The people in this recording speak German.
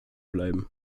bleiben